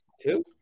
Two